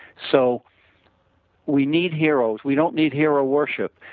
so we need heroes, we don't need hero worship,